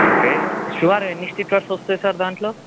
okay సుమారు ఎన్ని stickers వస్తాయి సార్ దాంట్లో